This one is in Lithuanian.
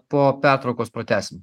po pertraukos pratęsim